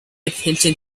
attention